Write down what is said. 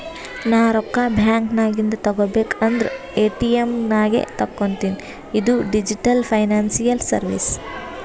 ನಾ ರೊಕ್ಕಾ ಬ್ಯಾಂಕ್ ನಾಗಿಂದ್ ತಗೋಬೇಕ ಅಂದುರ್ ಎ.ಟಿ.ಎಮ್ ನಾಗೆ ತಕ್ಕೋತಿನಿ ಇದು ಡಿಜಿಟಲ್ ಫೈನಾನ್ಸಿಯಲ್ ಸರ್ವೀಸ್